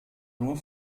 nur